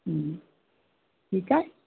हूं ठीकु आहे